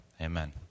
amen